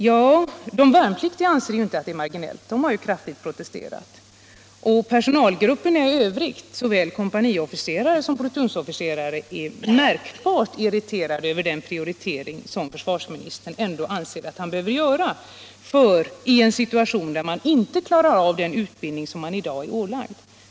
Ja, men de värnpliktiga anser inte att den utbildningen är marginell. De har protesterat kraftigt. Och personalgrupperna i övrigt, såväl kompanisom plutonsofficerare, är märkbart irriterade över den prioritering som försvarsministern anser att han här borde göra — i en situation där man i dag inte klarar av den utbildning som man är ålagd!